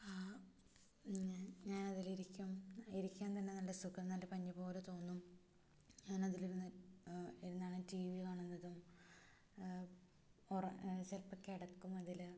ആ ഞാൻ ഞാനതിലിരിക്കും ഇരിക്കാൻ തന്നെ നല്ല സുഖം നല്ല പഞ്ഞി പോലെ തോന്നും ഞാനതിലിരുന്ന് ഇരുന്നാണ് ടി വി കാണുന്നതും ചിലപ്പോൾ കിടയ്ക്കും അതിൽ